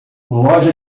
loja